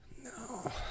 No